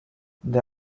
they